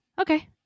Okay